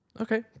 okay